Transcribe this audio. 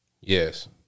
Yes